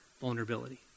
vulnerability